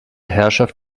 herrschaft